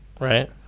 right